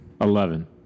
Eleven